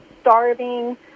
starving